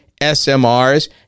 SMRs